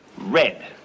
Red